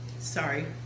sorry